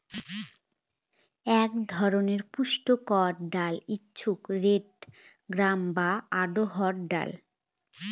এক ধরনের পুষ্টিকর ডাল হচ্ছে রেড গ্রাম বা অড়হর ডাল